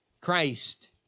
Christ